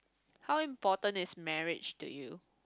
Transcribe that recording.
how important is marriage to you